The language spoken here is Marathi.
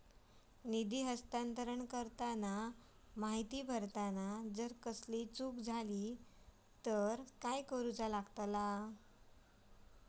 निधी हस्तांतरण करताना माहिती भरताना जर कसलीय चूक जाली तर काय करूचा?